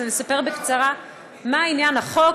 אז אני אספר בקצרה מה עניין החוק: